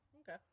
Okay